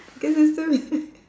because it's stupid